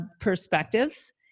perspectives